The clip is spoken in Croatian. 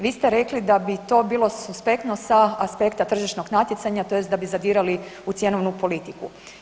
Vi ste rekli da bi to bilo suspektno sa aspekta tržišnog natjecanja tj. da bi zadirali u cjenovnu politiku.